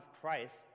christ